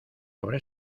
sobre